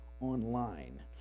online